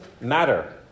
matter